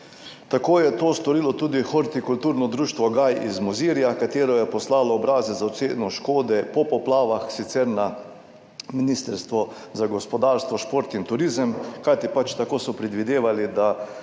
Tako je to storilo tudi hortikulturno društvo Gaj iz Mozirja, ki je poslalo obrazec za oceno škode po poplavah, sicer na Ministrstvo za gospodarstvo, turizem in šport, kajti pač tako so predvidevali, da